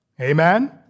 Amen